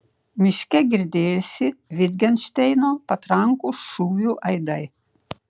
miške girdėjosi vitgenšteino patrankų šūvių aidai